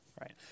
right